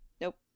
Nope